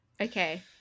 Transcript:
okay